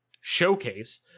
showcase